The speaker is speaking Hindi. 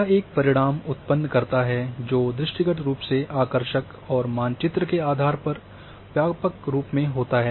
यह एक परिणाम उत्पन्न करता है जो दृष्टिगत रूप से आकर्षक और मानचित्र के आधार पर व्यापक रूप में होता है